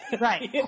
Right